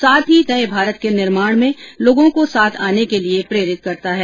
साथ ही नए भारत के निर्माण में लोगों को साथ आने के लिए प्रेरित करता है